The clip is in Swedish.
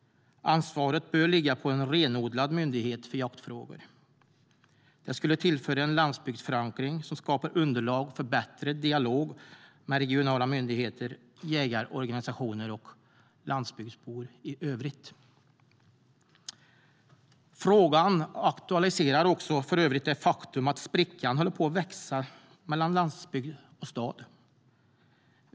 Ansvaret bör ligga på en renodlad myndighet för jaktfrågor. Det skulle tillföra en landsbygdsförankring som skapar underlag för bättre dialog med regionala myndigheter, jägarorganisationer och landsbygdsbor i övrigt.Frågan aktualiserar för övrigt det faktum att sprickan håller på att växa mellan landsbygd och stad.